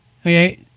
Okay